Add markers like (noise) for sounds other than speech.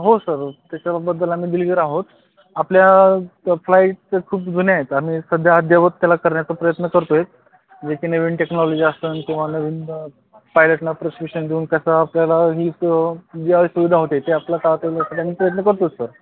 हो सर त्याच्याबद्दल आम्ही दिलगीर आहोत आपल्या फ्लाईट तर खूप जुन्या आहेत आम्ही सध्या अद्ययावत त्याला करण्याचा त्याला प्रयत्न करतो आहे जे की नवीन टेक्नॉलॉजी असताना किंवा नवीन पायलटना प्रशिक्षण देऊन कसं आपल्याला हीच ज्यावेळी सुविधा होते ते आपला (unintelligible) आम्ही प्रयत्न करतोच सर